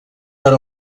per